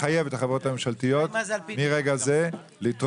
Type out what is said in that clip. מחייבת את החברות הממשלתיות מרגע זה לתרום,